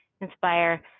inspire